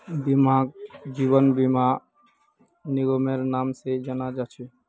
बीमाक जीवन बीमा निगमेर नाम से जाना जा छे